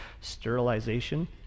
sterilization